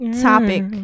topic